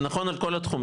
זה נכון על כל התחומים,